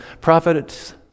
prophet's